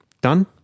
Done